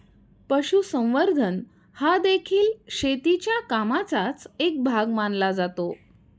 पशुसंवर्धन हादेखील शेतीच्या कामाचाच एक भाग मानला जातो